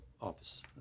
office